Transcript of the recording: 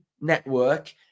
network